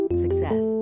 Success